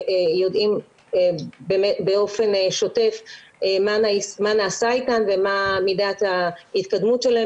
ויודעים באופן שוטף מה נעשה איתן ומה מידת ההתקדמות שלהן